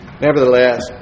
Nevertheless